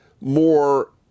more